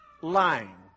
Lying